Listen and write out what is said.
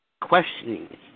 Questioning